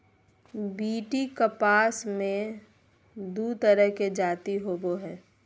BT कपास मे दू तरह के जाति होबो हइ